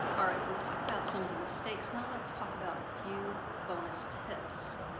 all right we've talked about some of the mistakes now let's talk about a few bonus tips.